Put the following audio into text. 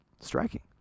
Striking